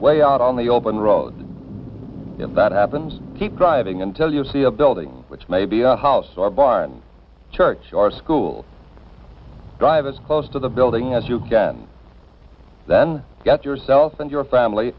way out on the open road when that happens keep driving until you see a building which may be a house or barn church or a school drive as close to the building as you can then get yourself and your family